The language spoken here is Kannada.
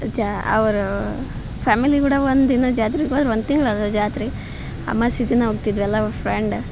ಜಾ ಅವರು ಫ್ಯಾಮಿಲಿ ಕೂಡ ಒಂದು ದಿನ ಜಾತ್ರಿಗೆ ಹೋದ್ರ ಒಂದು ತಿಂಗ್ಳು ಅದ ಜಾತ್ರೆ ಅಮವಾಸಿ ದಿನ ಹೋಗ್ತಿದ್ವಿ ಎಲ್ಲರು ಫ್ರೆಂಡ